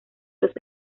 los